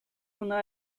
una